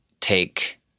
take